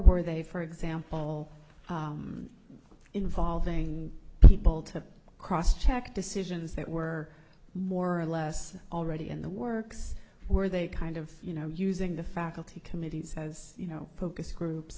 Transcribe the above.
were they for example involving people to cross check decisions that were more or less already in the works where they kind of you know using the faculty committee says you know focus groups